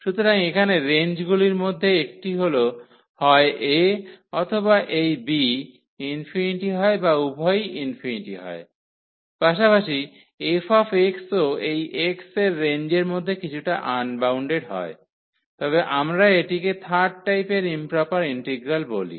সুতরাং এখানে রেঞ্জগুলির মধ্যে একটি হল হয় a অথবা এই b ∞ হয় বা উভয়ই ∞ হয় পাশাপাশি f ও এই x এর রেঞ্জের মধ্যে কিছুটা আনবাউন্ডেড হয় তবে আমরা এটিকে থার্ড টাইপের ইম্প্রপার ইন্টিগ্রাল বলি